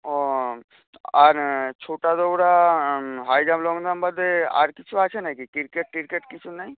ও আর ছোটাদৌড়া high jump long jump বাদে আর কিছু আছে নাকি ক্রিকেট ট্রিকেট কিছু নেই